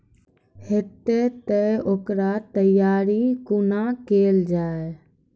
हेतै तअ ओकर तैयारी कुना केल जाय?